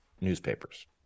newspapers